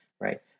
right